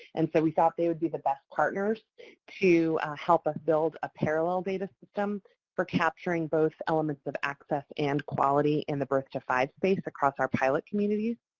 and so, we thought they would be the best partners to help us build a parallel data system for capturing both elements of access and quality in the birth five space across our pilot communities.